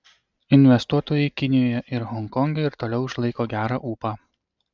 investuotojai kinijoje ir honkonge ir toliau išlaiko gerą ūpą